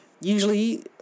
usually